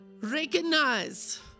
Recognize